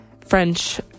French